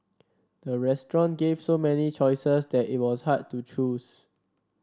the restaurant gave so many choices that it was hard to choose